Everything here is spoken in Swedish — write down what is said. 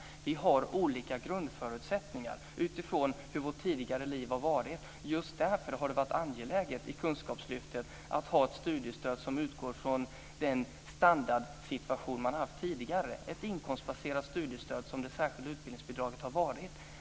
Vi har olika grundförutsättningar utifrån hur vårt tidigare liv har varit. Just därför har det i Kunskapslyftet varit angeläget att ha ett studiestöd som utgår från den standardsituation man har haft tidigare, ett inkomstbaserat studiestöd som det särskilda utbildningsbidraget har varit.